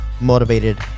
motivated